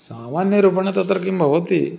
सामान्यरूपेण तत्र किं भवति